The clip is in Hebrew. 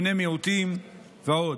בני מיעוטים ועוד,